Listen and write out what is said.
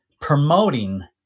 promoting